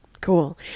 Cool